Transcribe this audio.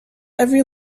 every